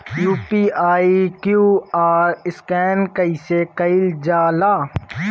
UPI QR scan कइसे कईल जा ला?